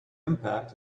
impact